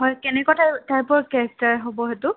হয় কেনেকুৱা টাইপ টাইপৰ কেৰেক্টাৰ হ'ব সেইটো